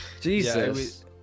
jesus